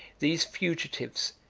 these fugitives,